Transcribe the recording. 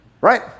Right